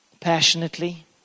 passionately